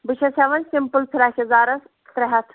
بہٕ چھَس ہٮ۪وان سِمپٕل فِراک یَزارَس ترٛےٚ ہَتھ